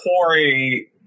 Corey